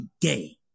gay